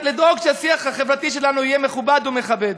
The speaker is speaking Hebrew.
לדאוג שהשיח החברתי שלנו יהיה מכובד ומכבד.